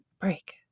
break